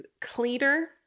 cleaner